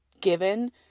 given